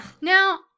Now